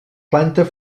planta